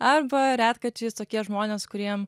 arba retkarčiais tokie žmonės kuriem